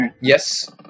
yes